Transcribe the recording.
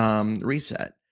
reset